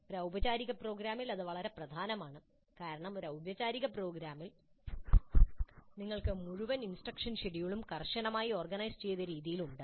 ഒരു ഊപചാരിക പ്രോഗ്രാമിൽ ഇത് വളരെ പ്രധാനമാണ് കാരണം ഒരു ഊപചാരിക പ്രോഗ്രാമിൽ ഞങ്ങൾക്ക് മുഴുവൻ ഇൻസ്ട്രക്ഷൻ ഷെഡ്യൂളും കർശനമായി ഓർഗനൈസുചെയ്ത രീതിയിൽ ഉണ്ട്